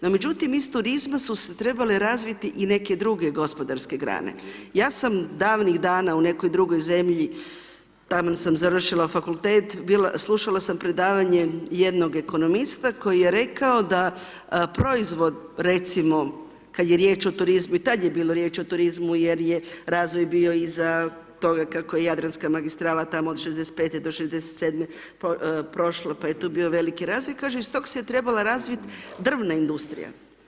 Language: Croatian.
No međutim iz turizma su se trebale razviti i neke druge gospodarske grane, ja sam davnih dana u nekoj drugoj zemlji taman sam završila fakultet slušala sam predavanje jednog ekonomista koji je rekao da proizvod recimo kad je riječ o turizmu i tad je bila riječ o turizmu jer je razvoj bio iza toga kako je Jadranska magistrala tamo od 1965. do 1967. prošlo pa je tu bio veliki razvoj kaže iz tog se je trebala razviti drvna industrija.